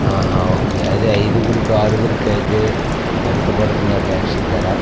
okay అదే ఐదుగురికి ఆరుగురికి అయితే ఎంత పడుతుంది ఆ ట్యాక్సీ ధర